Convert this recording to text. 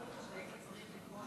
נפלת בפח והוצאת את חיליק החוצה.